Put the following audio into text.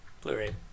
Blu-ray